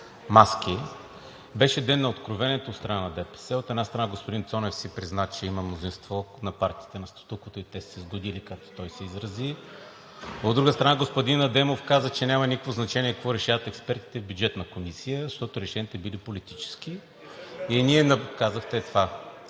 Беше ден на откровението от страна на ДПС. От една страна, господин Цонев си призна, че има мнозинство на партиите на статуквото и те са се „сгодили“, както той се изрази. От друга страна, господин Адемов каза, че няма никакво значение какво решават експертите в Бюджетната комисия, защото решенията били политически...